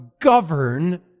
govern